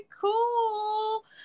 cool